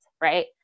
right